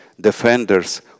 defenders